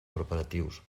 preparatius